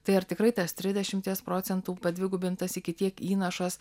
tai ar tikrai tas trisdešimties procentų padvigubintas iki tiek įnašas